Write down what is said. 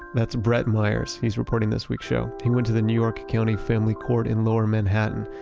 that's brett meyers, he's reporting this week's show. he went to the new york county family court in lower manhattan.